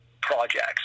projects